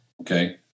okay